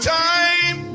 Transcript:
time